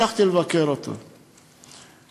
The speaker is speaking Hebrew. הלכתי לבקר אותו בבית-הסוהר,